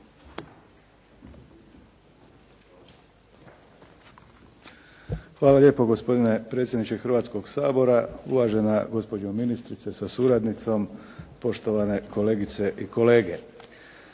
Hvala lijepo gospodine predsjedniče Hrvatskog sabora, uvažena gospođo ministrice sa suradnicom, poštovane kolegice i kolege.